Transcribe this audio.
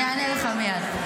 אני אענה לך מייד.